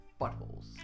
buttholes